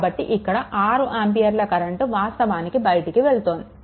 కాబట్టి ఇక్కడ 6 ఆంపియర్ల కరెంట్ వాస్తవానికి బయటికి వెళ్తోంది